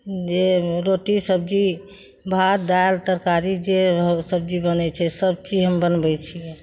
जे रोटी सब्जी भात दालि तरकारी जे सब्जी बनय छै सब चीज हम बनबय छियै